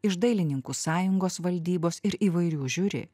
iš dailininkų sąjungos valdybos ir įvairių žiuri